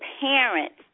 parents